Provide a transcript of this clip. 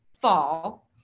fall